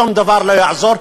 שום דבר לא יעזור,